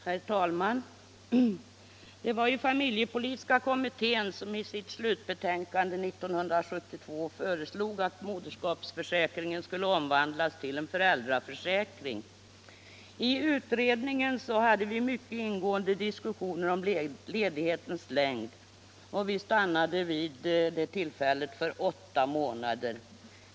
Herr talman! Det var ju familjepolitiska kommittén som i sitt slutbetänkande 1972 föreslog att moderskapsförsäkringen skulle omvandlas till en föräldraförsäkring. I samband med utredningen hade vi mycket ingående diskussioner om ledighetens längd, och vi stannade vid det tillfället för åtta månader.